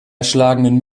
erschlagenen